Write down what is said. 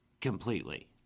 completely